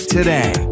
Today